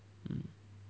mm